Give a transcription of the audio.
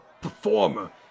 performer